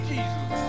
Jesus